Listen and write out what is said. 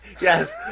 Yes